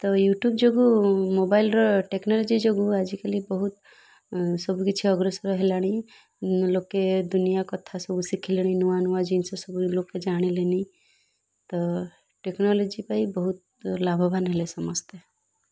ତ YouTube ଯୋଗୁଁ ମୋବାଇଲର ଟେକ୍ନୋଲୋଜି ଯୋଗୁଁ ଆଜିକାଲି ବହୁତ ସବୁ କିିଛି ଅଗ୍ରସର ହେଲାଣି ଲୋକେ ଦୁନିଆ କଥା ସବୁ ଶିଖିଲେଣି ନୂଆ ନୂଆ ଜିନିଷ ସବୁ ଲୋକେ ଜାଣିଲେଣିି ତ ଟେକ୍ନୋଲୋଜି ପାଇଁ ବହୁତ ଲାଭବାନ ହେଲେ ସମସ୍ତେ